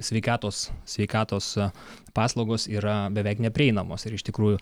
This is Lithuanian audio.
sveikatos sveikatos paslaugos yra beveik neprieinamos ir iš tikrųjų